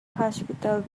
hospital